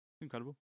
Incredible